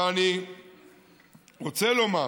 אבל אני רוצה לומר